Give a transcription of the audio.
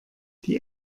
die